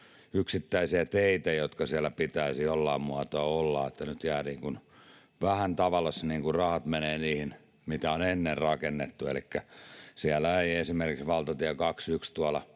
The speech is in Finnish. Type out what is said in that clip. yksittäisiä teitä, joiden siellä pitäisi jollain muotoa olla — nyt vähän tavallansa niin kuin rahat menevät niihin, mitä on ennen rakennettu. Elikkä siellä ei esimerkiksi ole valtatie 21:tä tuolla